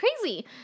crazy